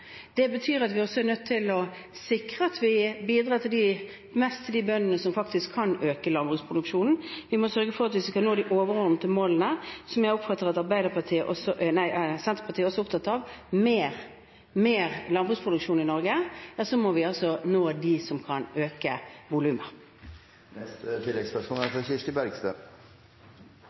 Det betyr at vi også er nødt til å sikre at vi bidrar mest til de bøndene som faktisk kan øke landbruksproduksjonen. Hvis vi skal nå de overordnede målene, som jeg oppfatter at Senterpartiet også er opptatt av – altså mer landbruksproduksjon i Norge – må vi sørge for å nå dem som kan øke